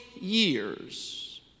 years